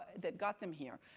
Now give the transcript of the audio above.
that got them here.